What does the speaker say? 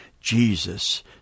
Jesus